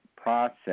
process